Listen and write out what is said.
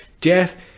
Death